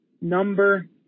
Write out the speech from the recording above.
Number